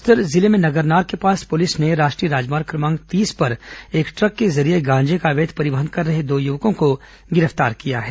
बस्तर जिले में नगरनार के पास पूलिस ने राष्ट्रीय राजमार्ग क्रमांक तीस पर एक ट्रक के जरिये गांजे का अवैध परिवहन कर रहे दो युवको ँ को गिरफ्तार किया है